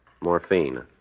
Morphine